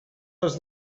was